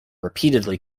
repeatedly